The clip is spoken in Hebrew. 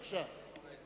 בבקשה.